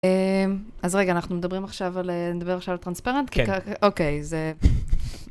אז רגע, אנחנו מדברים עכשיו על... נדבר עכשיו על טרנספרנט? כן. אוקיי, זה...